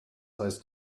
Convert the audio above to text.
heißt